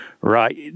right